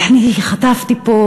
ואני חטפתי פה